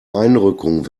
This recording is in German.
einrückung